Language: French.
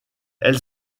elle